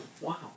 Wow